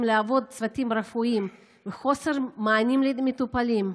לעבוד צוותים רפואיים ומחוסר מענים למטופלים.